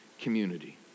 community